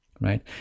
right